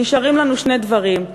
נשארים לנו שני דברים.